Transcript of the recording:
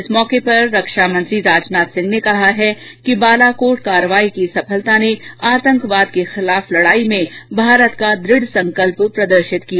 इस अवसर पर रक्षामंत्री राजनाथ सिंह ने कहा है कि बालाकोट कार्रवाई की सफलता ने आतंकवाद के खिलाफ लड़ाई में भारत का दुढ़ संकल्प प्रदर्शित किया है